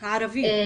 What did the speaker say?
הערבי.